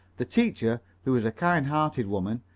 the teacher, who was a kind-hearted woman,